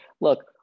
Look